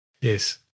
Yes